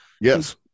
Yes